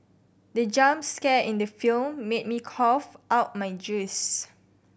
the jump scare in the film made me cough out my juice